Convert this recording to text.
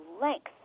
length